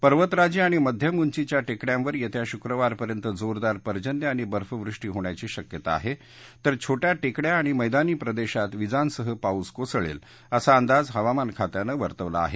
पर्वतराजी आणि मध्यम उंचीच्या टेकड्यांवर येत्या शुक्रवारपर्यंत जोरदार पर्जन्य आणि बर्फवृष्टी होण्याची शक्यता आहे तर छोट्या टेकड्या आणि मैदानी प्रदेशात विजांसह पाऊस कोसळेल असा अंदाज हवामान खात्यानं वर्तवला आहे